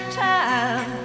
time